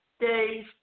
days